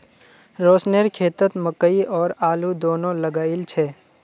रोशनेर खेतत मकई और आलू दोनो लगइल छ